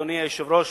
אדוני היושב-ראש,